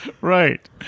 Right